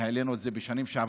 העלינו את זה גם בשנים שעברו,